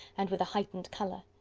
and with a heightened colour.